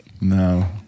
No